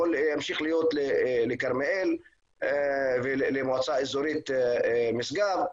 להמשיך להיות לכרמיאל ולמועצה אזורית משגב,